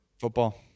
Football